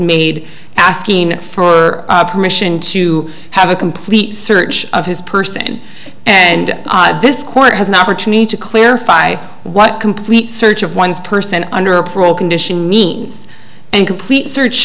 made asking for permission to have a complete search of his person and this court has an opportunity to clarify what complete search of one's person under a parole condition means and complete search